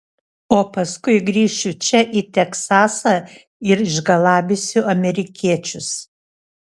o paskui grįšiu čia į teksasą ir išgalabysiu amerikiečius